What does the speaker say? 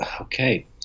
okay